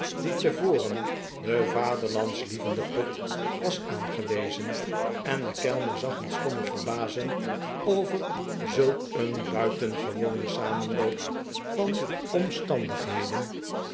die tevoren den vaderlandslievenden pott was aangewezen en de kellner zag met stomme verbazing over zulk een buitengewonen samenloop van omstandigheden